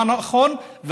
מה נכון,